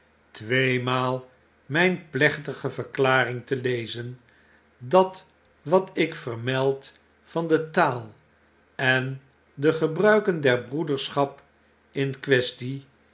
tweemaal myn plechtige verklaring te lezen dat wat ik vermeld van de taal en de gebruiken der broederschap in quaestie